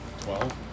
Twelve